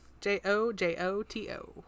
J-O-J-O-T-O